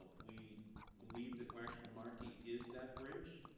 we believe that waxman-markey is that bridge,